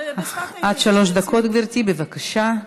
עד שלוש דקות, גברתי, בבקשה.